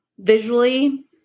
Visually